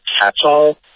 catch-all